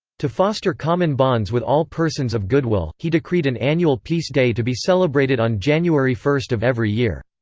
to foster common bonds with all persons of good will, he decreed an annual peace day to be celebrated on january first of every year.